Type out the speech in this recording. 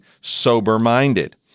sober-minded